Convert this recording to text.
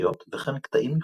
וכנסיות וכן קטעים מחומותיה.